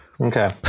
okay